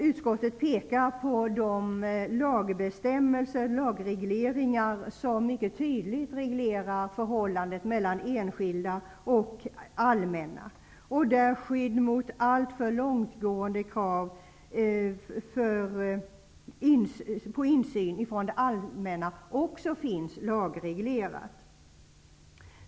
Utskottet pekar på de lagregleringar som mycket tydligt reglerar förhållandet mellan enskilda och det allmänna, där skydd mot alltför långtgående krav på insyn från det allmänna också finns lagreglerat.